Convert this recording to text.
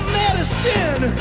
medicine